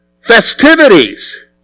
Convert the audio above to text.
festivities